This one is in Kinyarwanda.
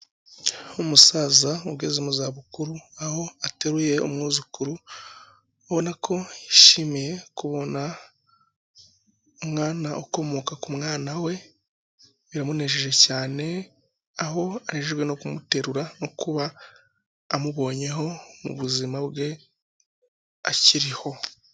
Umusaza ugeze mu za bukuru, aho ateruye umwuzukuru, ubona ko yishimiye kubona umwana ukomoka ku mwana we, biramunejeje cyane, aho anejejwe no kumuterura no kuba amubonyeho mu buzima bwe akiriho.